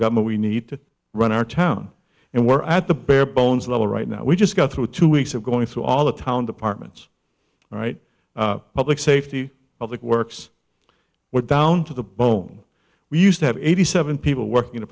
government we need to run our town and we're at the bare bones level right now we just got through two weeks of going through all the town departments right public safety public works we're down to the bone we used to have eighty seven people working